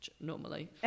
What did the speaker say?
normally